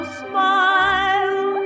smile